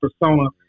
persona